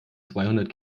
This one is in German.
zweihundert